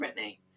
Britney